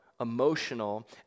emotional